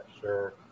sure